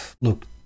look